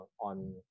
on